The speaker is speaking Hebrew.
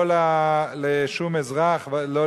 לא לשום אזרח ולא